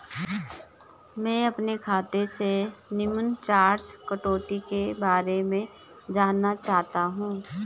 मैं अपने खाते से निम्न चार्जिज़ कटौती के बारे में जानना चाहता हूँ?